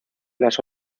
las